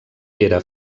era